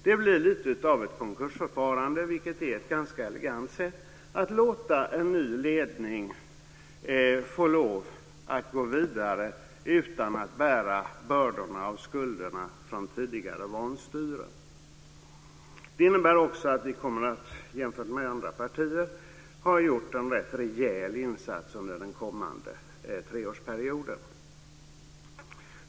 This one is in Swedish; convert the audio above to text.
Det blir lite av ett konkursförfarande, vilket är ett ganska elegant sätt att låta en ny ledning få lov att gå vidare utan att bära bördorna av skulderna från tidigare vanstyre. Det innebär också att vi jämfört med andra partier kommer att ha gjort en rätt rejäl insats under den kommande treårsperioden.